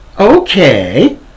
Okay